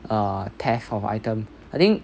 a theft of item I think